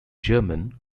german